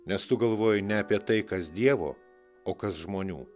nes tu galvoji ne apie tai kas dievo o kas žmonių